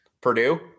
Purdue